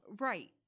Right